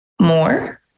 more